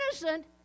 innocent